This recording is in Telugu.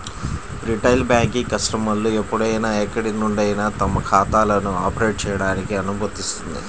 రిటైల్ బ్యాంకింగ్ కస్టమర్లు ఎప్పుడైనా ఎక్కడి నుండైనా తమ ఖాతాలను ఆపరేట్ చేయడానికి అనుమతిస్తుంది